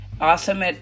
Awesome